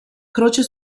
croce